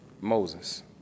Moses